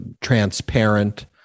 transparent